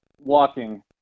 walking